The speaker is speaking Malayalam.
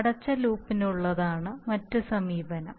അടച്ച ലൂപ്പിനുള്ളതാണ് മറ്റ് സമീപനം